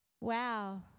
Wow